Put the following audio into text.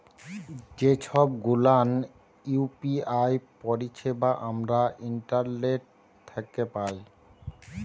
যে ছব গুলান ইউ.পি.আই পারিছেবা আমরা ইন্টারলেট থ্যাকে পায়